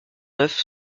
neuf